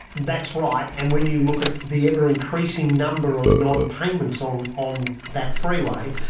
that's right, and when you look at the ever increasing number of non-payments um on that freeway,